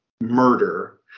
murder